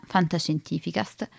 Fantascientificast